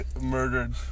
murdered